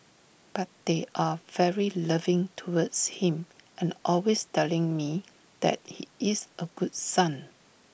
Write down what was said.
but they are very loving towards him and always telling me that he is A good son